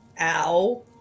Ow